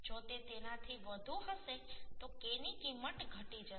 જો તે તેનાથી વધુ હશે તો K ની કિંમત ઘટી જશે